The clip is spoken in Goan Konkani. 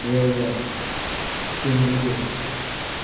बेळगांव सिंधुदूर्ग